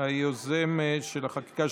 היוזם של החקיקה,